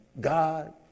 God